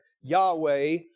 Yahweh